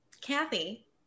Kathy